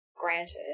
granted